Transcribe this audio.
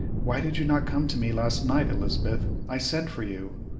why did you not come to me last night, elizabeth i sent for you?